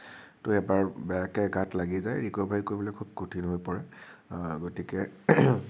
টো এবাৰ বেয়াকে গাত লাগি যায় ৰিক'ভাৰী কৰিবলে খুব কঠিন হৈ পৰে গতিকে